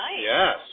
Yes